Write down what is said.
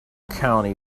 county